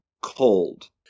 cold